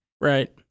Right